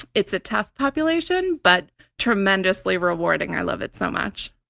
it's a tough population, but tremendously rewarding. i love it so much.